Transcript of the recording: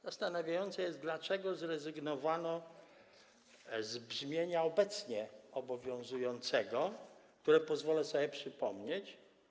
Zastanawiające jest, dlaczego zrezygnowano z brzmienia obecnie obowiązującego, które pozwolę sobie przypomnieć.